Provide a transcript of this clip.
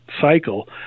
cycle